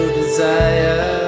desire